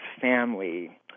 family